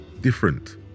different